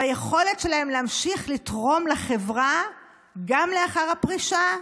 ביכולת שלהם להמשיך לתרום לחברה גם לאחר הפרישה,